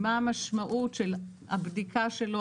מה המשמעות של הבדיקה שלו,